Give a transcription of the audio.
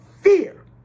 fear